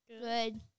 Good